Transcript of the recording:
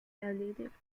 erledigt